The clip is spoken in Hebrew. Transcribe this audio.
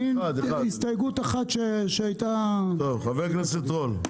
אני נימקתי הסתייגות אחת שהייתה --- חבר הכנסת רול,